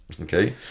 Okay